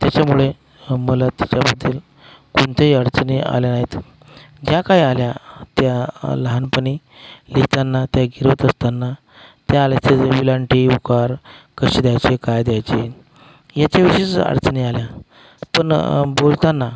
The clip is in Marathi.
त्याच्यामुळे आम्हाला त्याच्यामधील कोणत्याही अडचणी आल्या नाहीत ज्या काय आल्या त्या लहानपणी लिहिताना त्या गिरवत असताना त्या आल्या वेलांटी उकार कसे द्यायचे काय द्यायचे याच्याविषयीच अडचणी आल्या पण बोलताना